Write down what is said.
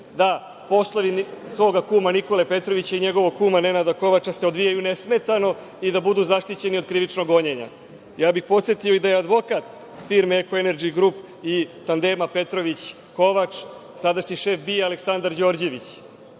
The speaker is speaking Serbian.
da poslovi svoga kuma Nikole Petrovića i njegovog kuma Nenada Kovača se odvijaju nesmetano i da budu zaštićeni od krivičnog gonjenja? Ja bih podsetio i da je advokat firme „Eko enerdži grup“ i tandema Petrović – Kovač sadašnji šef BIA Aleksandar Đorđević.